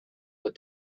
what